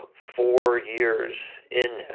ah four years in,